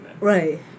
Right